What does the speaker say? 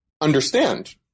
understand